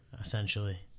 essentially